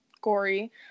gory